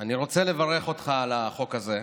אני רוצה לברך אותך על החוק הזה,